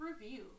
review